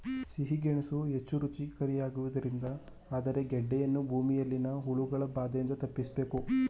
ಸಿಹಿ ಗೆಣಸು ಹೆಚ್ಚು ರುಚಿಯಾಗಿರುವುದರಿಂದ ಆದರೆ ಗೆಡ್ಡೆಯನ್ನು ಭೂಮಿಯಲ್ಲಿನ ಹುಳಗಳ ಬಾಧೆಯಿಂದ ತಪ್ಪಿಸಬೇಕು